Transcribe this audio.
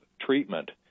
treatment